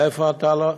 מאיפה אתה?